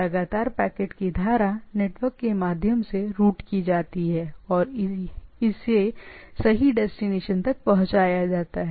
कंटिनेस packet की धारा network के माध्यम से रूट की जाती है और इसे सही डेस्टिनेशन तक पहुंचाया जाता है